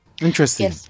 Interesting